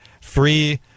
free